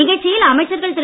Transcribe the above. நிகழ்ச்சியில் அமைச்சர்கள் திரு